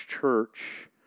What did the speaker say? church